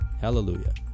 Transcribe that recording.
Hallelujah